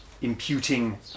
imputing